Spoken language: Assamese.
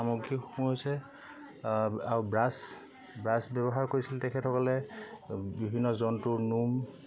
সামগ্ৰীসমূহ হৈছে আৰু ব্ৰাছ ব্ৰাছ ব্যৱহাৰ কৰিছিলে তেখেতসকলে বিভিন্ন জন্তুৰ নোম